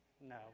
no